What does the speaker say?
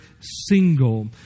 single